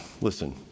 Listen